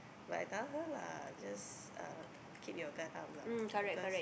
but I tell her lah just keep your gut out lah